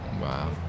Wow